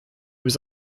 was